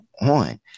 on